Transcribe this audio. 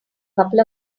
couple